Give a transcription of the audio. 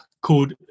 called